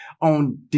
on